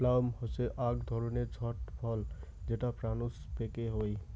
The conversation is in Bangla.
প্লাম হসে আক ধরণের ছট ফল যেটা প্রুনস পেকে হই